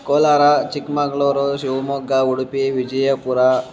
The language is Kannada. ಕೋಲಾರ ಚಿಕ್ಕಮಂಗ್ಳೂರು ಶಿವಮೊಗ್ಗ ಉಡುಪಿ ವಿಜಯಪುರ